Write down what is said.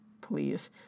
Please